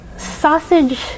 sausage